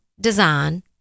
design